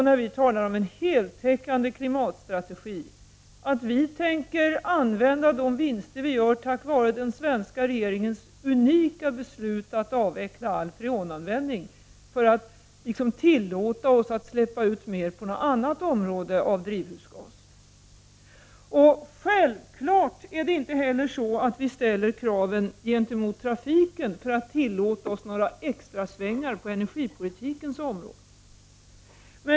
När vi talar om en heltäckande klimatstrategi, Ivar Virgin, tänker vi självfallet inte använda de vinster som uppstår — tack vare den svenska regeringens unika beslut att avveckla all freonanvändning — för att tillåta större utsläpp av drivhusgaser på något annat område. Vi ställer självfallet inte heller kraven gentemot trafiken för att kunna tilllåta oss några extrasvängar på energipolitikens område.